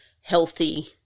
healthy